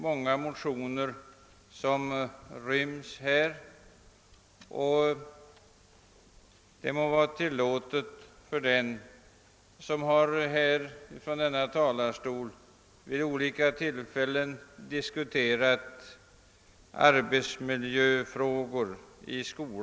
Många motioner ryms i utlåtandet, och det må vara tillåtet för den, som från denna talarstol vid olika tillfällen diskuterat arbetsmiljöfrågor i sko .